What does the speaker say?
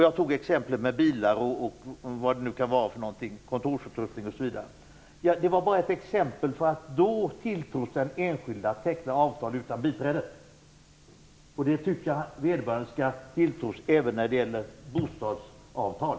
Jag tog exemplen med bilar, kontorsutrustning osv. Det vara bara exempel på att den enskilde då tilltros att teckna avtal utan biträde. Denna tilltro tycker jag att vederbörande skall ha även när det gäller bostadsavtal.